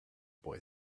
boy